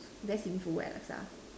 very sinful where laksa